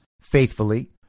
faithfully